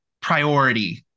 priority